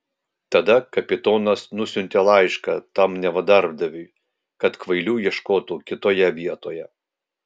tada kapitonas nusiuntė laišką tam neva darbdaviui kad kvailių ieškotų kitoje vietoje